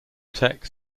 teck